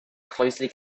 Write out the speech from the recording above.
closely